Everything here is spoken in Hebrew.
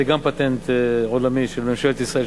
זה גם פטנט עולמי של ממשלת ישראל,